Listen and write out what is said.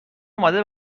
اومده